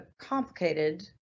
complicated